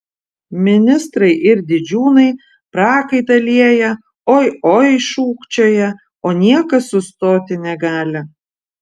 ministrai ir didžiūnai prakaitą lieja oi oi šūkčioja o niekas sustoti negali